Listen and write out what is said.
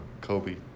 Kobe